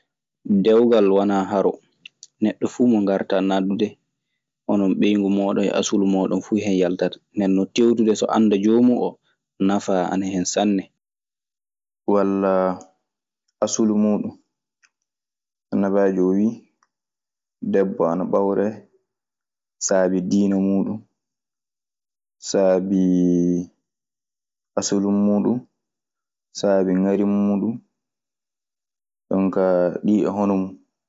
Dewgal wana harro ,neɗo fu mo garta nadude, honon ɓeygu moɗon; e assulu monɗon fu hen yaltata. Ndennon tewetude so ansa jomon nafa ana hen sanne. walla aslu muɗum. Annabaajo o wiy: debbo ana ɓamre sabi diine muɗum, sabi aslu muɗum, sabi ŋari muɗum. Jooni ka ɗi e hono mun.